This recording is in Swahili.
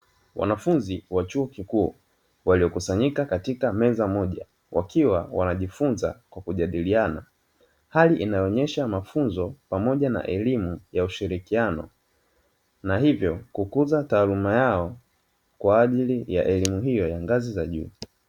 Wanafunzi wa chuo kikuu waliokusanyika katika meza moja wakiwa wanajifunza kwa kujadiliana, hali inayo onyesha mafunzo pamoja na elimu ya ushirikiano na hivyo kukuza taaluma yao kwaajili ya elimu hiyo ya ngazi za juu.